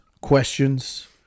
Questions